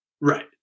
Right